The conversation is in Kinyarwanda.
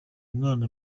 mwana